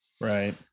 Right